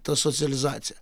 ta socializacija